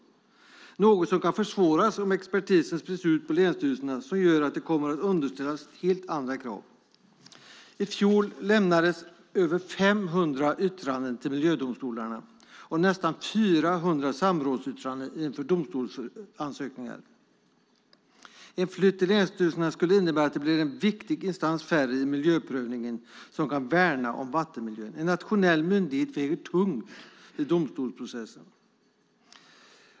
Det är något som kan försvåras om expertisen sprids ut på länsstyrelserna och de underställs helt andra krav. I fjol lämnades över 500 yttranden till miljödomstolarna och nästan 400 samrådsyttranden inför domstolsansökningar. En flytt till länsstyrelserna skulle innebära att det blir en viktig instans färre i miljöprövningen som kan värna om vattenmiljön. En nationell myndighet väger tungt i domstolsprocessen.